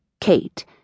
Kate